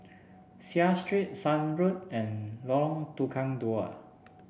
Seah Street Shan Road and Lorong Tukang Dua